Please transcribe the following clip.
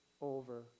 over